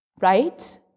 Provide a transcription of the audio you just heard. Right